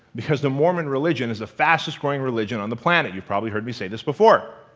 because the mormon religion is the fastest growing religion on the planet. you've probably heard me say this before.